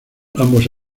ambos